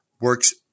works